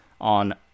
on